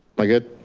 i good?